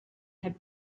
had